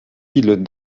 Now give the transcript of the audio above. îles